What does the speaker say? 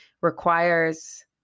requires